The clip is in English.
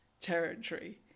territory